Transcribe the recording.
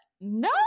no